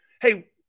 hey